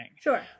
Sure